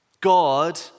God